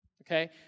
okay